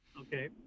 Okay